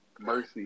mercy